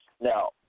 Now